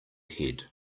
head